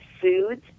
foods